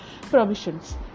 provisions